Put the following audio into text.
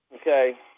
Okay